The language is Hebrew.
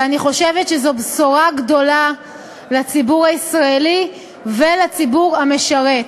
ואני חושבת שזו בשורה גדולה לציבור הישראלי ולציבור המשרת.